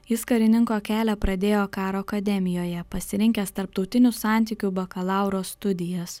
jis karininko kelią pradėjo karo akademijoje pasirinkęs tarptautinių santykių bakalauro studijas